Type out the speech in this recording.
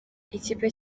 ikipe